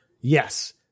Yes